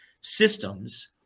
systems